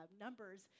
Numbers